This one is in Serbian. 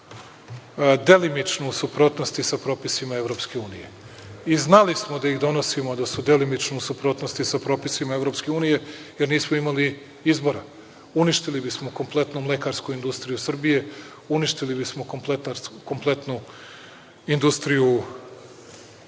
delimično u suprotnosti sa propisima EU i znali smo da su delimično u suprotnosti sa propisima EU jer nismo imali izbora. Uništili bismo kompletnu mlekarsku industriju Srbije, uništili bismo kompletnu industriju